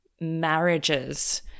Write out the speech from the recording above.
marriages